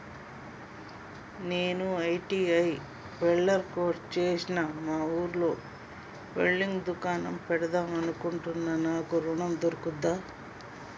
నేను ITI welder course చేశ్న మా ఊర్లో వెల్డింగ్ దుకాన్ పెడదాం అనుకుంటున్నా నాకు ఋణం దొర్కుతదా?